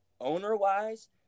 owner-wise